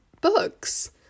books